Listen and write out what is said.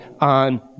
on